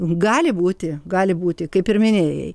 gali būti gali būti kaip ir minėjai